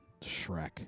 Shrek